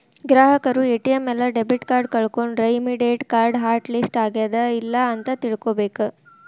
ಗ್ರಾಹಕರು ಎ.ಟಿ.ಎಂ ಇಲ್ಲಾ debit card ಕಳ್ಕೊಂಡ್ರ ಇಮ್ಮಿಡಿಯೇಟ್ ಕಾರ್ಡ್ ಹಾಟ್ ಲಿಸ್ಟ್ ಆಗ್ಯಾದ ಇಲ್ಲ ಅಂತ ತಿಳ್ಕೊಬೇಕ್